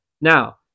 Now